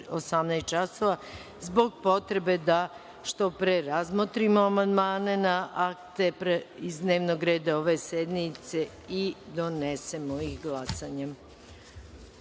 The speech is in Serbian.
časova, zbog potrebe da što pre razmotrimo amandmane na akte iz dnevnog reda ove sednice i donesemo ih glasanjem. Primili